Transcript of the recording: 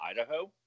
idaho